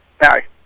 Hi